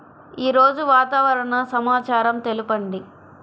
ఈరోజు వాతావరణ సమాచారం తెలుపండి